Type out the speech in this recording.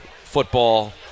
Football